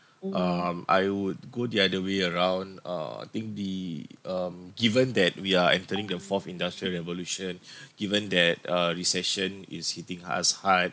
um I would go the other way around uh think the um given that we are entering the fourth industrial revolution given that uh recession is hitting us hard